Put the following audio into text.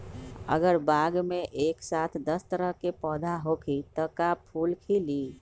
अगर बाग मे एक साथ दस तरह के पौधा होखि त का फुल खिली?